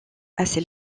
assez